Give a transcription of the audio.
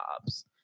jobs